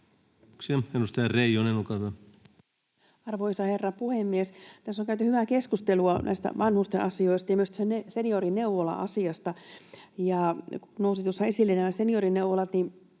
Arvoisa herra puhemies! Tässä on käyty hyvää keskustelua näistä vanhusten asioista ja myös tästä seniorineuvola-asiasta. Kun nousivat tuossa esille nämä seniorineuvolat,